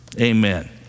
Amen